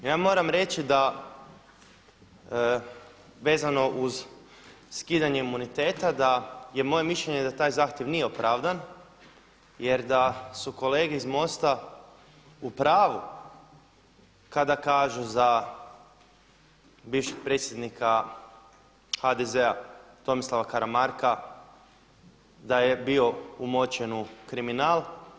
Ja moram reći da vezano uz skidanje imuniteta je da je moje mišljenje da taj moj zahtjev nije opravdan jer da su kolege iz MOST-a u pravu kada kažu za bivšeg predsjednika HDZ-a Tomislava Karamarka da je bio umočen u kriminal.